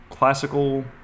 classical